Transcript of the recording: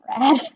rad